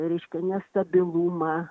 eiškia nestabilumą